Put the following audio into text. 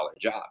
job